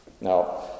Now